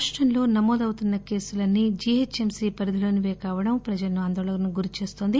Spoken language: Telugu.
రాష్టంలో నమోదవుతున్న కేసులన్నీ జీహెచ్ఎంసీ పరిధిలోనిపే కావడం ప్రజలను అందోళనకు గురిచేస్తోంది